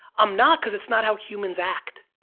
i'm not, cause it's not how humans act.